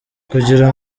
kugira